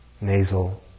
nasal